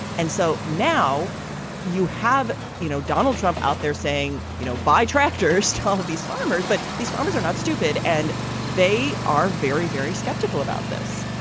and so now you have, you know, donald trump out there saying, you know, buy tractors to all of these farmers, but these farmers are not stupid. and they are very, very skeptical about this.